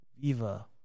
Viva